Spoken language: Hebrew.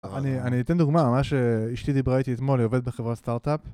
אני, אני אתן דוגמה, מה שאשתי דיברה איתי אתמול, היא עובדת בחברת סטארט-אפ.